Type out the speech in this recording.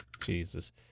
Jesus